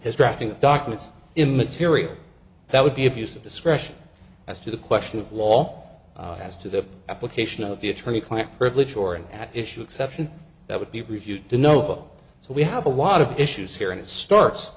his drafting of documents in material that would be abuse of discretion as to the question of wall as to the application of the attorney client privilege or an issue exception that would be reviewed to know so we have a wad of issues here and it starts